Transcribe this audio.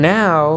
now